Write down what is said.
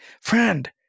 Friend